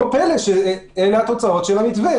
לגבי זה אנחנו מקבלים דיווח.